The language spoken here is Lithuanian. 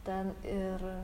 ten ir